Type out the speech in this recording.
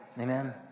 Amen